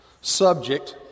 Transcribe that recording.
subject